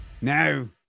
Now